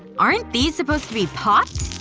aren't these supposed to be popped?